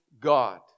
God